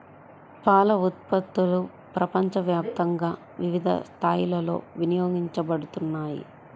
పాల ఉత్పత్తులు ప్రపంచవ్యాప్తంగా వివిధ స్థాయిలలో వినియోగించబడుతున్నాయి